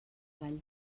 vall